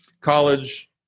college